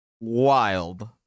wild